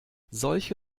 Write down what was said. solche